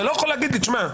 אתה לא יכול להגיד לי: תשמע,